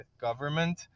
government